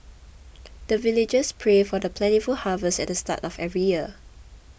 the villagers pray for the plentiful harvest at the start of every year